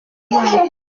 abana